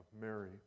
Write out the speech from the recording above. Mary